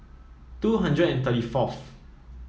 two hundred and thirty forth